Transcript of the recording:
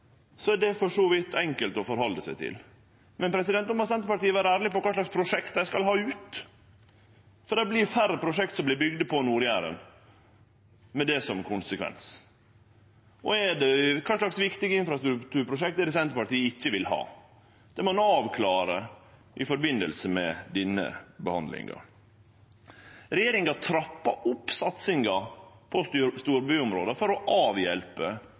er det for så vidt enkelt å halde seg til. Men då må Senterpartiet vere ærleg på kva slags prosjekt dei skal ha ut, for konsekvensen er at det vert bygd færre prosjekt på Nord-Jæren. Kva viktige infrastrukturprosjekt er det Senterpartiet ikkje vil ha? Det må ein avklare i samband med denne behandlinga. Regjeringa trappar opp satsinga på storbyområda for å avhjelpe